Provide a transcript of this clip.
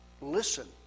Listen